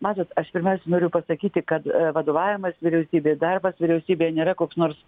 matot aš pirmiausia noriu pasakyti kad vadovavimas vyriausybei darbas vyriausybėje nėra koks nors